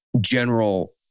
general